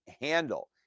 handle